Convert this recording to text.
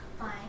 fine